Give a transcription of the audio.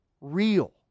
real